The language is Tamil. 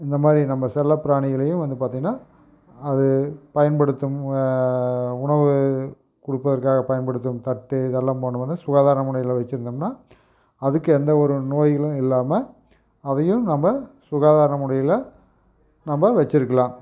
இந்தமாதிரி நம்ம செல்லப் பிராணிகளையும் வந்து பார்த்திங்கன்னா அது பயன்படுத்தும் உணவு கொடுப்பதற்காக பயன்படுத்தும் தட்டு இதெல்லாம் நம்ம வந்து சுகாதார முறையில் வச்சிருந்தோம்னால் அதுக்கு எந்த ஒரு நோய்களும் இல்லாமல் அதையும் நம்ம சுகாதார முறையில் நம்ம வச்சிருக்கலாம்